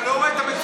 תודה רבה.